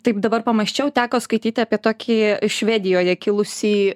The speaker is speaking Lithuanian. taip dabar pamąsčiau teko skaityti apie tokį švedijoje kilusį